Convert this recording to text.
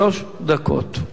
שלוש דקות.